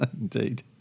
Indeed